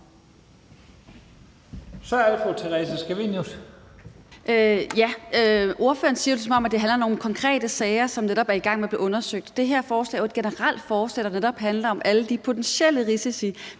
Ordføreren siger det, som om det handler om nogle konkrete sager, som netop er i gang med at blive undersøgt. Det her forslag er jo et generelt forslag, der netop handler om alle de potentielle risici.